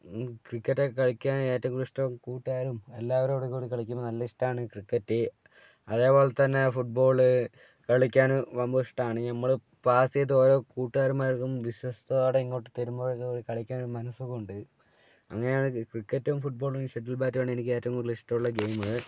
ക്രിക്കറ്റൊക്കെ കളിക്കാൻ ഏറ്റവും കൂടുതൽ ഇഷ്ടം കൂട്ടുകാരും എല്ലാവരോടുംകൂടി കളിക്കുമ്പോൾ നല്ല ഇഷ്ടമാണ് ക്രിക്കറ്റ് അതേപോലെത്തന്നെ ഫുട്ബോൾ കളിക്കാൻ വമ്പൻ ഇഷ്ടമാണ് നമ്മൾ പാസ്സ് ചെയ്തു ഓരോ കൂട്ടുകാരന്മാർക്കും വിശ്വാസത്തോടെ ഇങ്ങോട്ടു തരുമ്പോഴൊക്കെ കളിക്കാൻ ഒരു മനഃസുഖമുണ്ട് അങ്ങനെയാണ് ക്രിക്കറ്റും ഫുട്ബോളും ഷട്ടിൽ ബാറ്റും ആണ് എനിക്ക് ഏറ്റവും കൂടുതൽ ഇഷ്ടമുള്ള ഗെയിം